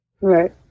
Right